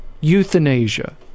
euthanasia